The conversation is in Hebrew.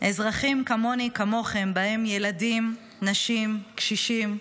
אזרחים כמוני כמוכם, ובהם ילדים, נשים, קשישים,